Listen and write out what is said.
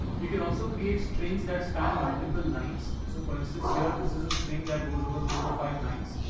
you can also create strings that span multiple lines. so for instance, here, this is a string that goes over four or five lines.